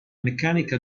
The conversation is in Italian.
meccanica